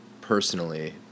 personally